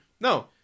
No